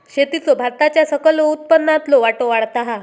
शेतीचो भारताच्या सकल उत्पन्नातलो वाटो वाढता हा